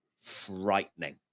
frightening